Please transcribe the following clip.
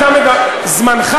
זמנך